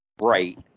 Right